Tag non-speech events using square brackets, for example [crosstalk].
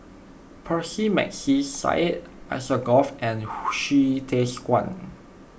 Percy McNeice Syed Alsagoff and [noise] Hsu Tse Kwang